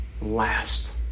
last